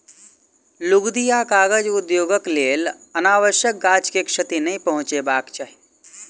लुगदी आ कागज उद्योगक लेल अनावश्यक गाछ के क्षति नै पहुँचयबाक चाही